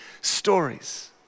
stories